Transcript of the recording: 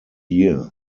year